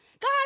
God